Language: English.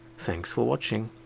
thanks for watching